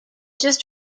just